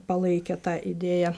palaikė tą idėją